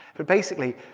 but basically,